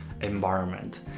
environment